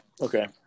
Okay